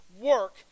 work